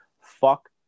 Fuck